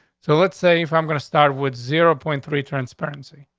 so let's say if i'm going to start with zero point three transparency,